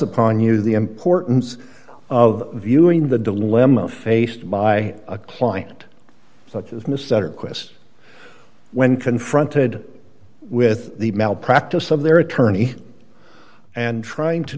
upon you the importance of viewing the dilemma faced by a client such as mr quest when confronted with the malpractise of their attorney and trying to